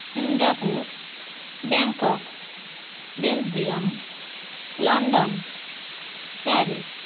Singapore Bangkok Belgium London Paris